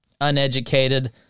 uneducated